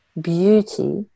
beauty